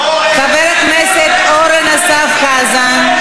חבר הכנסת אורן אסף חזן.